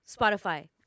Spotify